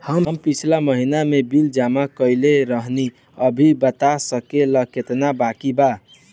हम पिछला महीना में बिल जमा कइले रनि अभी बता सकेला केतना बाकि बा?